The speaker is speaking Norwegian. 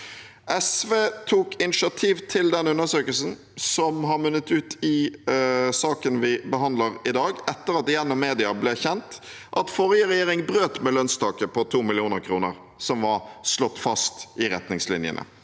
SV tok initiativ til den undersøkelsen som har munnet ut i saken vi behandler i dag, etter at det gjennom media ble kjent at forrige regjering brøt med lønnstaket på 2 mill. kr, som var slått fast i retningslinjene,